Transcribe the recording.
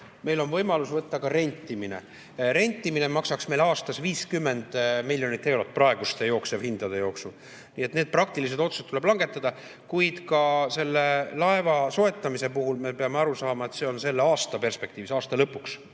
Meil on võimalus võtta ka rentimine. Rentimine maksaks meil aastas 50 miljonit eurot praeguste hindade juures. Need praktilised otsused tuleb langetada. Kuid ka selle laeva soetamise puhul me peame aru saama, et see on selle aasta perspektiivis, aasta lõpuks,